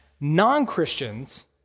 non-Christians